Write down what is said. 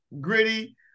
gritty